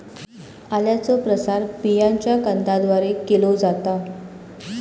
आल्याचो प्रसार बियांच्या कंदाद्वारे केलो जाता